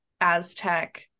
Aztec